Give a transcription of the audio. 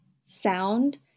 sound